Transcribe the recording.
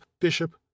bishop